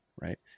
right